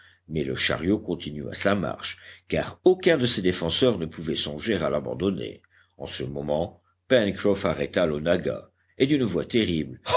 mais le chariot continua sa marche car aucun de ses défenseurs ne pouvait songer à l'abandonner en ce moment pencroff arrêta l'onagga et d'une voix terrible